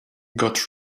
got